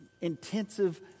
intensive